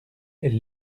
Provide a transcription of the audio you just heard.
elle